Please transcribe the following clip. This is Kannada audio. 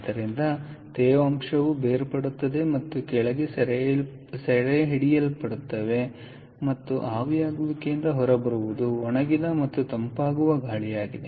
ಆದ್ದರಿಂದ ತೇವಾಂಶವು ಬೇರ್ಪಡುತ್ತದೆ ಮತ್ತು ಕೆಳಗೆ ಸೆರೆಹಿಡಿಯಲ್ಪಡುತ್ತದೆ ಮತ್ತು ಆವಿಯಾಗುವಿಕೆಯಿಂದ ಹೊರಬರುವುದು ಒಣಗಿದ ಮತ್ತು ತಂಪಾಗುವ ಗಾಳಿಯಾಗಿದೆ